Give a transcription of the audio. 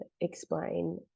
explain